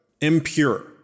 impure